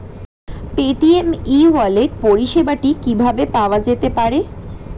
Paytm e wallet পরিষেবাটি কিভাবে পাওয়া যেতে পারে?